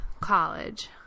college